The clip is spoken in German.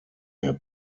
herr